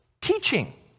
teaching